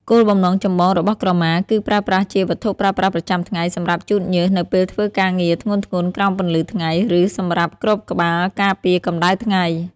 គោលបំណងចម្បងរបស់ក្រមាគឺប្រើប្រាស់ជា វត្ថុប្រើប្រាស់ប្រចាំថ្ងៃ សម្រាប់ជូតញើសនៅពេលធ្វើការងារធ្ងន់ៗក្រោមពន្លឺថ្ងៃ ឬសម្រាប់គ្របក្បាលការពារកម្ដៅថ្ងៃ។